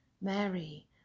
Mary